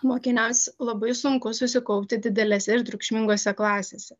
mokiniams labai sunku susikaupti didelėse ir triukšmingose klasėse